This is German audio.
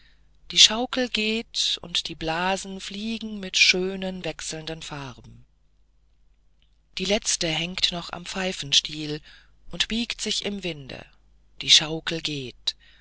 die schaukel geht und die blasen fliegen mit schönen wechselnden farben die letzte hängt noch am pfeifenstiele und biegt sich im winde die schaukel geht